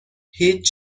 هیچ